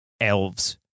Elves